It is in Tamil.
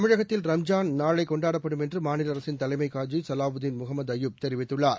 தமிழகத்தில் ரம்ஜான் நாளை கொண்டாடப்படும் என்று மாநில அரசின் தலைமை காஜி சலாவுதீன் முகமது அய்யூப் அறிவித்துள்ளார்